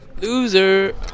Loser